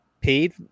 paid